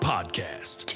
Podcast